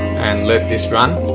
and let this run